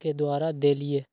के द्वारा देलीयी